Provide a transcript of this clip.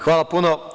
Hvala puno.